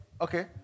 okay